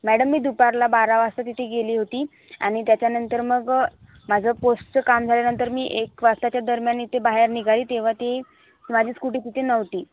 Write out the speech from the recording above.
madam मी दुपारला बारा वाजता तिथे गेली होती आणि त्याच्यानंतर मग माझं पोस्टचं काम झाल्यानंतर मी एक वाजताच्या दरम्यान इथे बाहेर निघाली तेव्हा ती माझी स्कूटी कुठे नव्हती